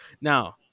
now